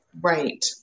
Right